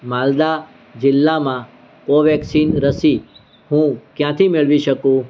માલદા જિલ્લામાં કોવેકસિંગ રસી હું ક્યાંથી મેળવી શકું